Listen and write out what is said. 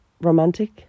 romantic